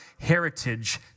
heritage